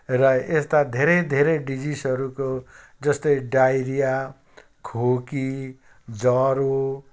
र यस्ता धेरै धेरै डिजिसहरूको जस्तै डाइरिया खोकी ज्वरो